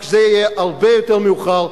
רק שזה יהיה הרבה יותר מאוחר.